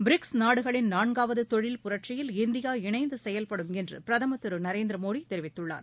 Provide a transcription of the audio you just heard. BRICS நாடுகளின் நான்காவது தொழில் புரட்சியில் இந்தியா இணைந்து செயல்படும் என்று பிரதமர் திரு நரேந்திரமோடி தெரிவித்துள்ளார்